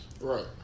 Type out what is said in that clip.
Right